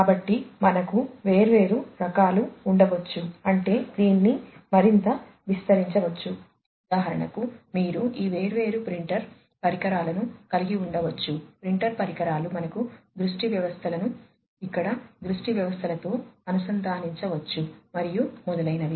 కాబట్టి మనకు వేర్వేరు రకాలు ఉండవచ్చు అంటే దీన్ని మరింత విస్తరించవచ్చు ఉదాహరణకు మీరు ఈ వేర్వేరు ప్రింటర్ పరికరాలను కలిగి ఉండవచ్చు ప్రింటర్ పరికరాలు మనకు దృష్టి వ్యవస్థలను ఇక్కడ దృష్టి వ్యవస్థలతో అనుసంధానించవచ్చు మరియు మొదలైనవి